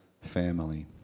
family